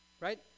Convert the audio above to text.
right